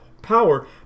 power